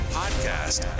podcast